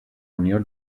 unió